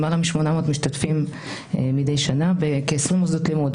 למעלה מ-800 משתתפים מדי שנה בכ-20 מוסדות לימוד,